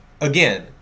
Again